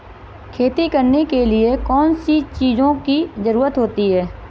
खेती करने के लिए कौनसी चीज़ों की ज़रूरत होती हैं?